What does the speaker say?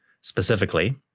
Specifically